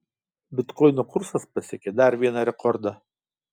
bitkoino kursas pasiekė dar vieną rekordą